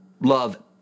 love